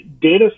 data